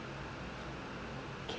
can